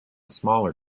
smaller